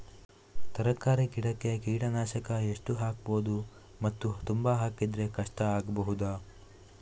ತರಕಾರಿ ಗಿಡಕ್ಕೆ ಕೀಟನಾಶಕ ಎಷ್ಟು ಹಾಕ್ಬೋದು ಮತ್ತು ತುಂಬಾ ಹಾಕಿದ್ರೆ ಕಷ್ಟ ಆಗಬಹುದ?